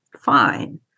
fine